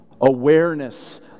Awareness